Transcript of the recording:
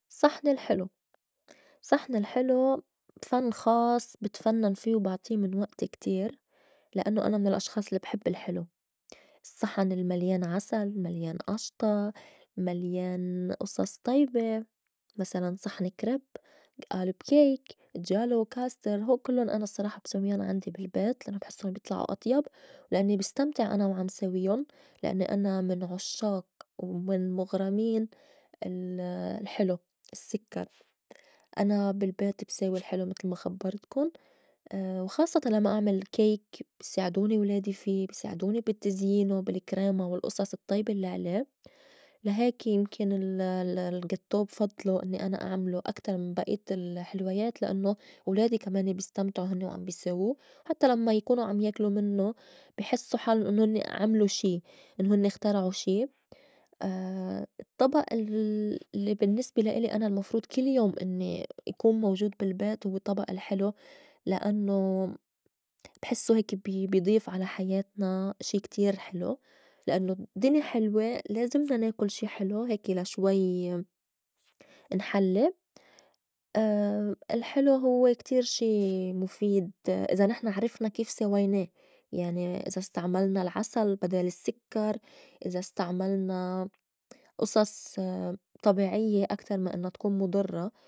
صحن الحلو، صحن الحلو فن خاص بتفنّن في وبعطي من وئتي كتير لأنوا أنا من الأشخاص الي بحب الحلو الصّحن المليان عسل، مليان أشطه، مليان أصص طيبة، مسلا صحن كريب، آلب cake، جالو، كستر، هول كلُّن أنا الصّراحة بسويُّن عندي بالبيت لأنوا بحسُّن بيطلعو أطيب لأنّي بستمتع أنا وعم ساوين لأنّي أنا من عُشّاق ومن مُغرمين ال- الحلو السكّر، أنا بالبيت بساوي الحلو متل ما خبّرتكُن وخاصّة لمّا أعمل cake بي ساعدوني ولادي في بي ساعدوني بالتّزينه بالكريما والأصص الطّيبة الّي علي لا هيك يمكن ال- ال- الغاتّو بفضلو إنّي أنا أعملوا أكتر من بئيّة الحلويات لأنّه ولادي كمان بيستمتعو هنّي وعم بي ساو حتّى لمّا يكونوا عم ياكلو منّو بي حسّو حالُن إنّو هنّي عملوا شي، إنُّو هنّي اخترعوه شي. الطّبئ ال- اللّي بالنّسبة لا إلي أنا المفروض كل يوم إنّي كون موجود بالبيت هوّ طبق الحلو لأنوا بحسّو هيك بي- بيضيف على حياتنا شي كتير حلو لأنوا الدّني حلوة لازمنا ناكُل شي حلو هيكي لا شوي نحلّي الحلو هوّ كتير شي مُفيد إذا نحن عرفنا كيف ساوينا يعني إذا استعملنا العسل بدال السكّر، إذا استعملنا أصص طبيعيّة أكتر ما إنّا تكون مُضرّة.